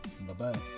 Bye-bye